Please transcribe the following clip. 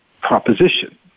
proposition